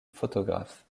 photographe